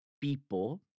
people